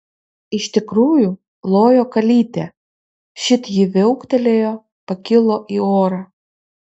iš tikrųjų lojo kalytė šit ji viauktelėjo pakilo į orą